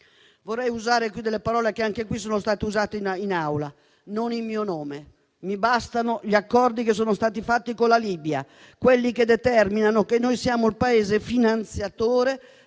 vorrei usare le parole che sono state usate anche in quest'Aula: non in mio nome. Mi bastano gli accordi che sono stati fatti con la Libia, quelli che determinano che l'Italia è il Paese finanziatore